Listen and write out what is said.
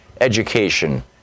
education